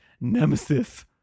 nemesis